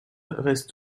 reste